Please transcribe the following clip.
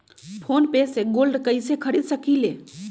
Phone पे से गोल्ड कईसे खरीद सकीले?